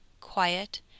quiet